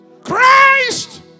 Christ